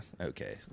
okay